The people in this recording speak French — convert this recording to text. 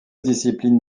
disciplines